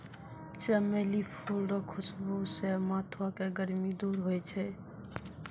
चमेली फूल रो खुशबू से माथो के गर्मी दूर होय छै